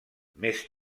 més